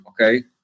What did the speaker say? okay